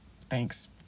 Thanks